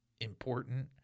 important